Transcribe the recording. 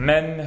Men